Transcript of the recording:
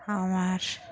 আমার